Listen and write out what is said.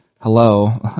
hello